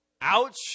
ouch